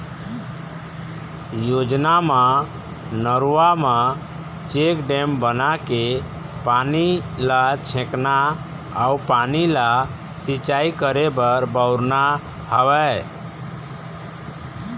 योजना म नरूवा म चेकडेम बनाके पानी ल छेकना अउ पानी ल सिंचाई करे बर बउरना हवय